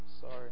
Sorry